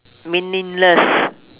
meaningless